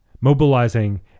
mobilizing